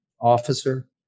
officer